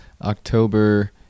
October